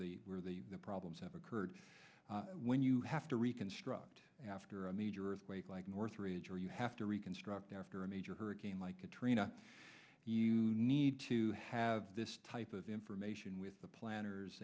the where the problems have occurred when you have to reconstruct after a major earthquake like northridge or you have to reconstruct after a major hurricane like katrina you need to have this type of information with the planners